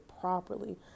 properly